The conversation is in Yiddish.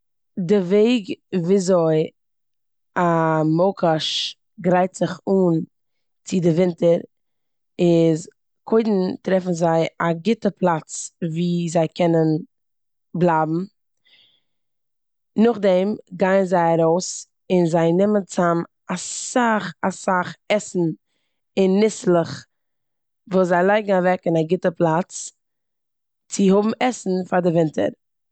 די וועג וויאזוי א מויקאש גרייט זיך אן צו די ווינטער איז קודם טרעפן זיי א גוטע פלאץ ווי זיי קענען בלייבן. נאכדעם גייען זיי ארויס און זיי נעמען צאם אסאך אסאך עסן און ניסלעך וואס זיי לייגן אוועק אין א גוטע פלאץ צו האבן עסן פאר די ווינטער.